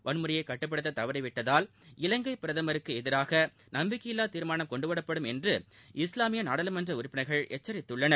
வன்முறையைக் கட்டுப்படுத்த தவறிவிட்டதால் இலங்கை பிரதமருக்கு எதிராக நம்பிக்கையில்லா தீர்மானம் கொண்டுவரப்படும் என்று இஸ்லாமிய நாடாளுமன்ற உறுப்பினர்கள் எச்சரித்துள்ளனர்